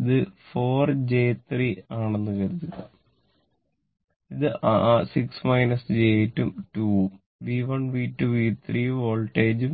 ഇത് 4 j 3 ആണെന്ന് കരുതുക ഇത് 6 j 8 ഉം 2 ഉം V1 V2 V3 ഉം വോൾട്ടേജ്